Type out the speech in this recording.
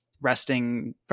Resting